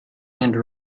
and